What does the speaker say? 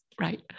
right